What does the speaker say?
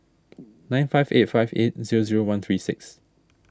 nine five eight five eight zero zero one three six